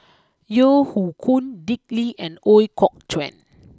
Yeo Hoe Koon Dick Lee and Ooi Kok Chuen